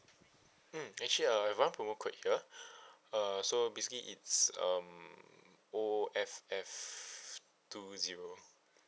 mm actually uh I have one promo code here uh so basically it's um O F F two zero